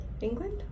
England